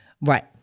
right